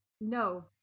no